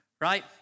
right